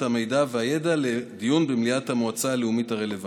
המידע והידע לדיון במליאת המועצה הלאומית הרלוונטית.